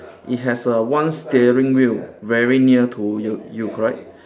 it has a one steering wheel very near to you you correct